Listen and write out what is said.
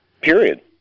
period